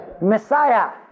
Messiah